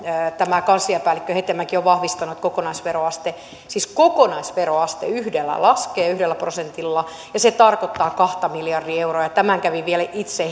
kansliapäällikkö hetemäki ovat vahvistaneet että kokonaisveroaste siis kokonaisveroaste laskee yhdellä prosentilla ja se tarkoittaa kahta miljardia euroa tämän kävin vielä itse